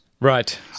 Right